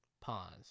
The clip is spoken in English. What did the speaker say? Pause